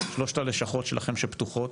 שלושת הלשכות שלכם שפתוחות,